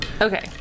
okay